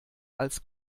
als